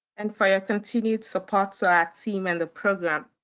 and for your continued support to our team and the program.